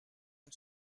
une